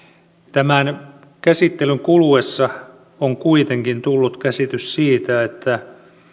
tämän käsittelyn kuluessa on kuitenkin tullut käsitys siitä että